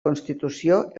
constitució